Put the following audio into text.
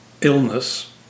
illness